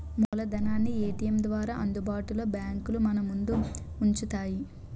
మూలధనాన్ని ఏటీఎం ద్వారా అందుబాటులో బ్యాంకులు మనముందు ఉంచుతాయి